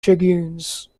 dragoons